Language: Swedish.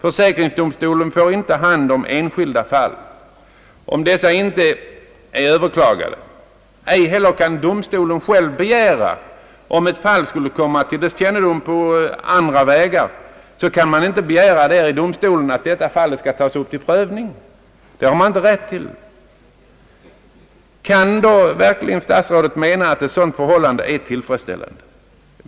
Försäkringsdomstolen får inte enskilda fall till behandling, om inte överklagande sker. Inte heller kan domstolen själv begära att få ett ärende sig tillställt för prövning, om fallet på andra vägar skulle komma till domstolens kännedom. Kan då statsrådet verkligen anse, att ett sådant förhållande är tillfredsställande?